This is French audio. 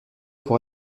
pour